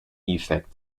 effect